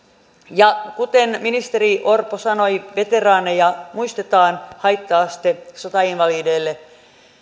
ja kuten ministeri orpo sanoi veteraaneja muistetaan haitta aste sotainvalideille laskee